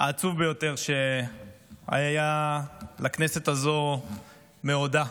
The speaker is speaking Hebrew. העצוב ביותר שהיה לכנסת הזאת מעודה.